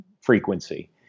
frequency